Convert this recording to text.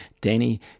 Danny